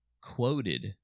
quoted